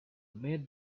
made